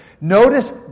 Notice